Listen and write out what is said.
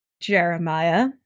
Jeremiah